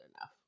enough